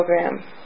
program